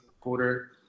quarter